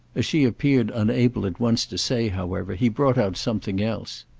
as she appeared unable at once to say, however, he brought out something else.